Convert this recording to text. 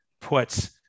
puts